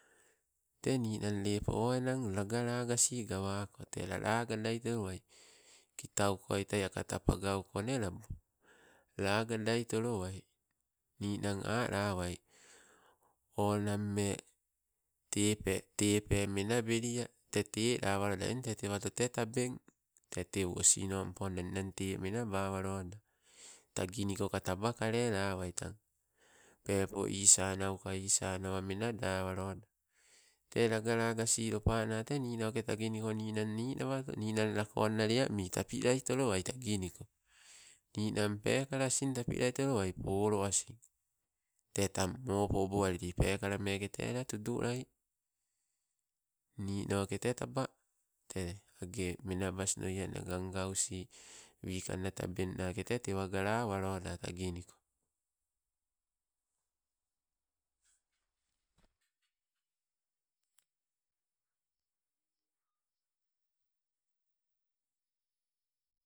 Tee ninang lepo o enang, lagalagasi gawako, te la lagadai tolowai, kitau koi tai agata pagauko nee labo, lagadas tolowai. Ninang alawei, o nammee tepe, tepe menabelia tee, tee lawaloda eng tee tewato tee tabeng. Tee teu osinomponna. Ninang tee menabawaloda. Tagi niko ka taba kalelawai tang pepo isa nauka, isa nawa menada waloda. Tee lagalagasi lopanna te ninoke taginiko ninang ninawato ninang lakonna lea mii tapilai tolowai taginiko, ninang peekala asing tapilaitolowai polo asin te tang mopo obo alili peekala meeke tee la tudulai. Ninoke tee taba tee age menabas noie ninang gaugausi wikangna tabeng nake tee tewa galawaloda taginiko.